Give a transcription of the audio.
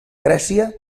grècia